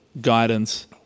guidance